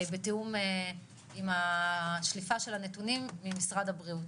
בתיאום עם השליפה של הנתונים ממשרד הבריאות.